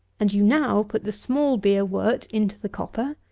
and you now put the small beer wort into the copper,